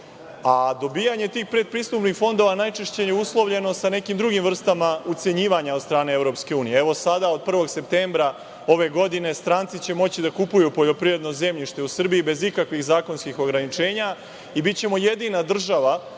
Dobijanje tih predpristupnih fondova najčešće je uslovljeno sa nekim drugim vrstama ucenjivanja, od strane EU.Sada, od 1. septembra ove godinine, stranci će moći da kupuju poljoprivredno zemljište u Srbiji, bez ikakvih zakonskih ograničenja i bićemo jedina država